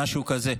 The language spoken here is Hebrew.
משהו כזה.